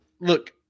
Look